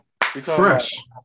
Fresh